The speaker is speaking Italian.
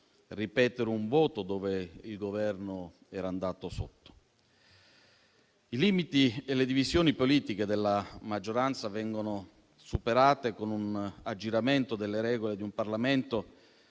ripetere un voto quando il Governo era andato sotto. I limiti e le divisioni politiche della maggioranza vengono superati con un aggiramento delle regole del Parlamento,